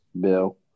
bill